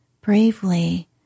Bravely